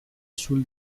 sul